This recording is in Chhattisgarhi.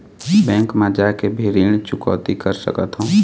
बैंक मा जाके भी ऋण चुकौती कर सकथों?